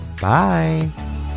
Bye